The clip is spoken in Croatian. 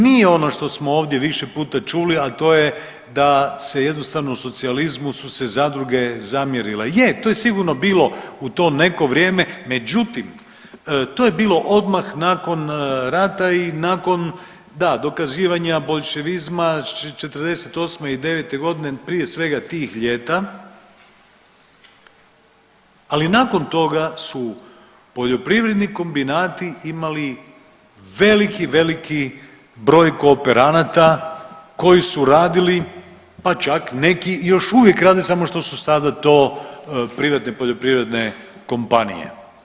Nije ono što smo ovdje više puta čuli, a to je da se jednostavno u socijalizmu su se zadruge zamjerile, je to je sigurno bilo u to neko vrijeme, međutim to je bilo odmah nakon rata i nakon da dokazivanja boljševizma '48. i devete godine, prije svega tih ljeta, ali nakon toga su poljoprivredni kombinati imali veliki, veliki broj kooperanata koji su radili pa čak neki još uvijek rade samo što su sada to privatne poljoprivredne kompanije.